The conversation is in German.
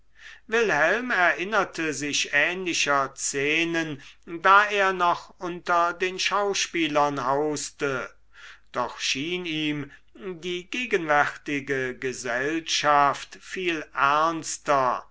wilhelm erinnerte sich ähnlicher szenen da er noch unter den schauspielern hauste doch schien ihm die gegenwärtige gesellschaft viel ernster